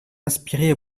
inspirés